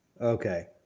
Okay